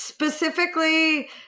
Specifically